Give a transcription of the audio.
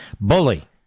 bully